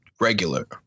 regular